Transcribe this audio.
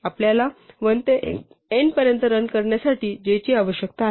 आपल्याला 1 ते n पर्यंत रन करण्यासाठी j ची आवश्यकता आहे